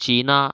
China